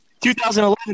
2011